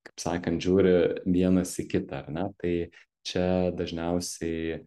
kaip sakant žiūri vienas į kitą ar ne tai čia dažniausiai